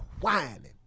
whining